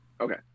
Okay